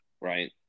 right